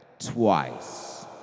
Twice